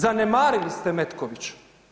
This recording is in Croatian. Zanemarili ste Metković.